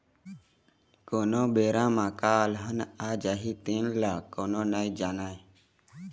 कोन बेरा म का अलहन आ जाही तेन ल कोनो नइ जानय